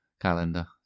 calendar